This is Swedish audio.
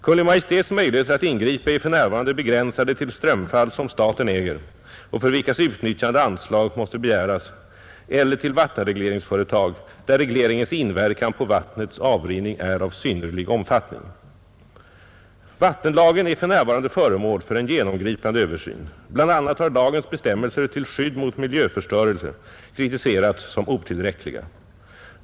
Kungl. Maj:ts möjligheter att ingripa är för närvarande begränsade till strömfall, som staten äger och för vilkas utnyttjande anslag måste begäras, eller till vattenregleringsföretag där regleringens inverkan på vattnets avrinning är av synnerlig omfattning. Vattenlagen är för närvarande föremål för en genomgripande översyn. Bl. a. har lagens bestämmelser till skydd mot miljöförstörelse kritiserats som otillräckliga.